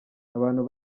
abantu